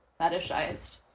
fetishized